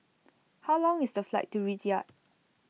how long is the flight to Riyadh